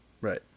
Right